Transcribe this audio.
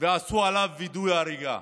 ועשו עליו וידוא הריגה